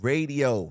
Radio